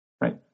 Right